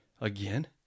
Again